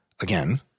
again